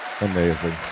Amazing